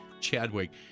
Chadwick